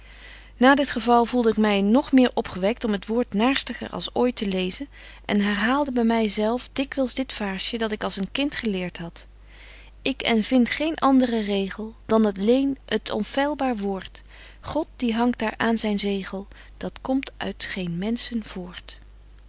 na dit geval voelde ik my nog meer opgewekt om het woord naarstiger als ooit te lezen en herhaalde by my zelf dikwyls dit vaarsje dat ik als een kind geleert had betje wolff en aagje deken historie van mejuffrouw sara burgerhart ik en vind geen andren regel dan alleen t onfeilbaar woord god die hangt daar aan zyn zegel dat komt uit geen menschen voort